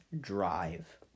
drive